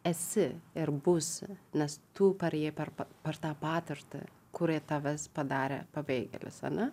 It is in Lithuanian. esi ir būsi nes tu perėjai per per tą patirtį kuri tavęs padarė pabėgėlis ane